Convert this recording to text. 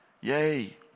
Yay